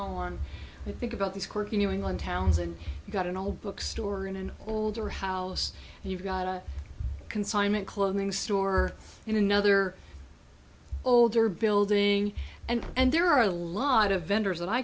on i think about these quirky new england towns and you got an old book store in an older house and you've got a consignment clothing store in another older building and and there are a lot of vendors